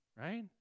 Right